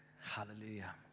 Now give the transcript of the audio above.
Hallelujah